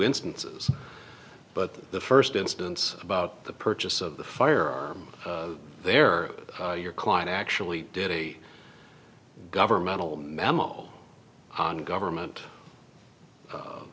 instances but the first instance about the purchase of the firearm there your client actually did a governmental memo on government